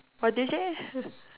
what did you say